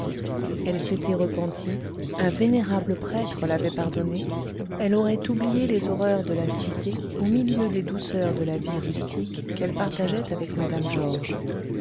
elle s'était repentie un vénérable prêtre l'avait pardonnée elle aurait oublié les horreurs de la cité au milieu des douceurs de la vie rustique qu'elle partageait avec mme georges